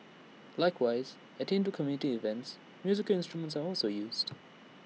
likewise at Hindu community events musical instruments are also used